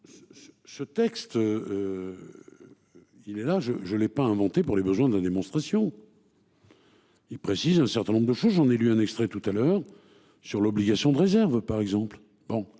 Ce texte. Il est là je je l'ai pas inventé pour les besoins de la démonstration. Il précise un certain nombre de choses, j'en ai lu un extrait tout à l'heure sur l'obligation de réserve par exemple bon.